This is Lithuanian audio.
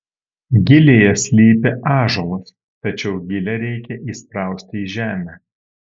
gilėje slypi ąžuolas tačiau gilę reikia įsprausti į žemę